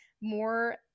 More